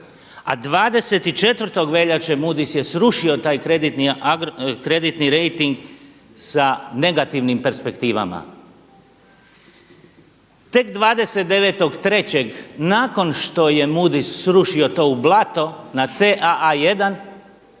a 24. veljače Moodys je srušio taj kreditni rejting sa negativnim perspektivama. Tek 290.3. nakon što je Moodys srušio to u blato na CAA1